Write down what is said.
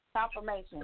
Confirmation